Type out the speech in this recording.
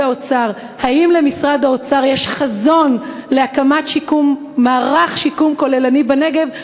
האוצר: האם למשרד האוצר יש חזון להקמת מערך שיקום כוללני בנגב?